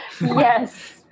Yes